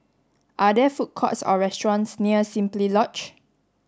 are there food courts or restaurants near Simply Lodge